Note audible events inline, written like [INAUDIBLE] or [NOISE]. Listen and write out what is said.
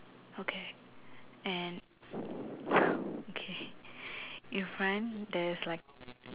okay and [BREATH] okay in front there's like